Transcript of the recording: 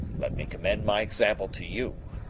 let me commend my example to you.